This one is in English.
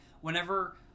whenever